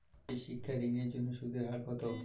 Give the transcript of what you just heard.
একটি শিক্ষা ঋণের জন্য সুদের হার কত?